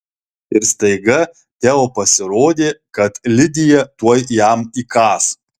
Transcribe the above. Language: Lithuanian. ir staiga teo pasirodė kad lidija tuoj jam įkąs